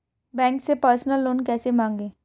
Bank से personal loan कैसे मांगें?